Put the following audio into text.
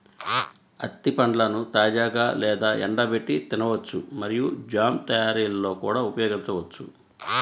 అత్తి పండ్లను తాజాగా లేదా ఎండబెట్టి తినవచ్చు మరియు జామ్ తయారీలో కూడా ఉపయోగించవచ్చు